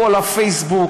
כל הפייסבוק,